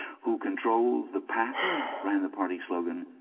who controls the past ran the party slogan,